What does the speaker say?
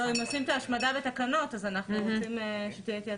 נכון לעכשיו נשים את זה.